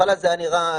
בהתחילה זה היה נראה: